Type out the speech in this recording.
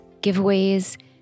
giveaways